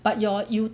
but your you